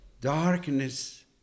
darkness